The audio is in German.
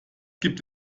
gibt